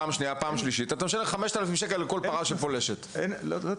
הפעם השנייה והפעם השלישית ומעתה ואליך אתה